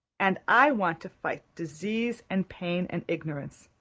and i want to fight disease and pain and ignorance.